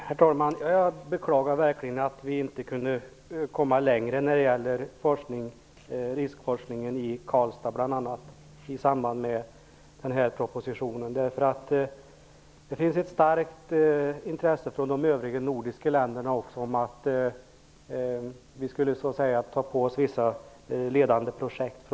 Herr talman! Jag beklagar verkligen att vi inte kan komma längre med riskforskningen i Karlstad i samband med denna proposition. Det finns ett starkt intresse från de övriga nordiska länderna för att vi från svensk sida skall ta på oss vissa ledande projekt.